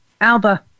Alba